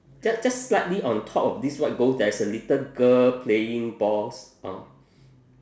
just just slightly on top of this white ghost there is a little girl playing balls orh